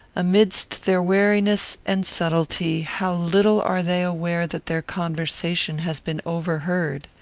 amidst their wariness and subtlety, how little are they aware that their conversation has been overheard!